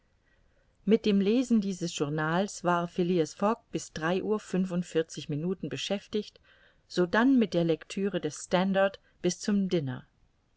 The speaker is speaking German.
mit dem lesen dieses journals war phileas fogg bis drei uhr fünfundvierzig minuten beschäftigt sodann mit der lectüre des standard bis zum diner